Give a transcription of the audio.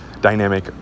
dynamic